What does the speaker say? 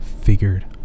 figured